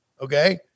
Okay